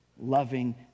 loving